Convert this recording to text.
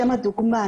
לשם הדוגמה,